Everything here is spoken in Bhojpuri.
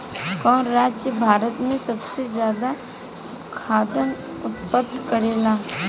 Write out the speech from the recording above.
कवन राज्य भारत में सबसे ज्यादा खाद्यान उत्पन्न करेला?